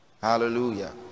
hallelujah